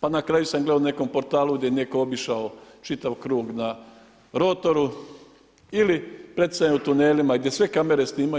pa na kraju sam gledao na nekom portalu gdje je netko obišao čitav krug na rotoru ili pretjecanjem u tunelima gdje sve kamere snimaju.